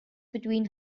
between